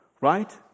right